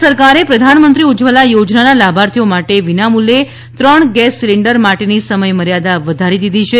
કેન્દ્ર સરકારે પ્રધાનમંત્રી ઉજ્જવલા યોજનાના લાભાર્થીઓ માટે વિનામુલ્યે ત્રણ ગેસ સિલિન્ડર માટેની સમયમર્યાદા વધારી દીધી છે